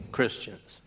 Christians